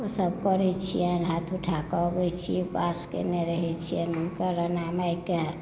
ओ सभ करै छियनि हाथ उठाक अबै छी उपवास केनै रहै छियनि हुनक राणा मायके